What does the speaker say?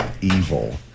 evil